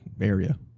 area